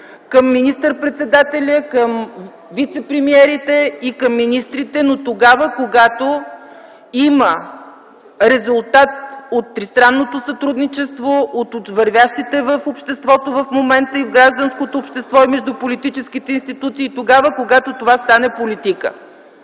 към министър-председателя, към вицепремиерите и към министрите, но, тогава когато има резултат от тристранното сътрудничество, от вървящите в обществото в момента – и в гражданското общество, и между политическите институции, тогава когато това стане политика.